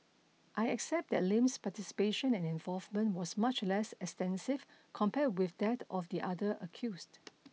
I accept that Lim's participation and involvement was much less extensive compared with that of the other accused